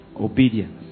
obedience